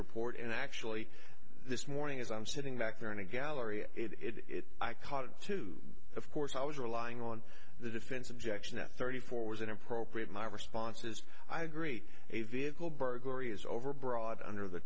report and actually this morning as i'm sitting back there in a gallery it i caught it too of course i was relying on the defense objection that thirty four was inappropriate my response is i agree a vehicle burglary is overbroad under the